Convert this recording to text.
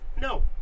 No